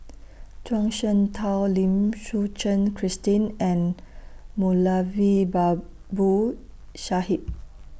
Zhuang Shengtao Lim Suchen Christine and Moulavi Babu Sahib